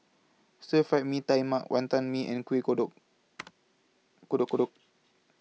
Stir Fried Mee Tai Mak Wantan Mee and Kuih Kodok Kodok Kodok